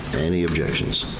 any objections?